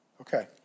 okay